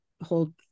hold